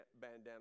bandana